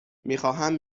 میخواهم